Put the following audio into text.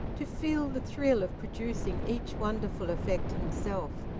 to feel the thrill of producing each wonderful effect himself.